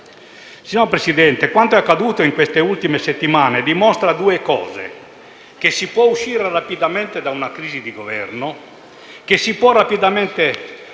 Signor Presidente, quanto è accaduto in queste ultime settimane dimostra che si può uscire rapidamente da una crisi di Governo e che si può rapidamente